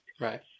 Right